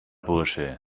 bursche